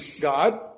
God